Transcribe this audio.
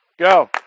Go